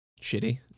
shitty